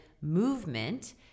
movement